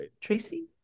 Tracy